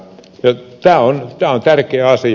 tämä on tärkeä asia